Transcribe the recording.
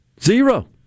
Zero